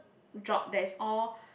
job that's all